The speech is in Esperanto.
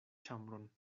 ĉambron